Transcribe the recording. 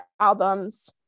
albums